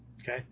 Okay